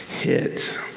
hit